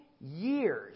years